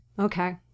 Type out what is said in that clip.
Okay